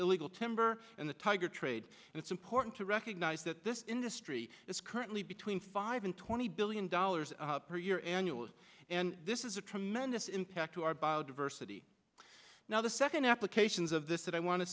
illegal timber and the tiger trade and it's important to recognize that this industry is currently between five and twenty billion dollars per year annually and this is a tremendous impact to our biodiversity now the second applications of this that i want to